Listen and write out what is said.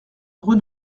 rue